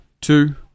Two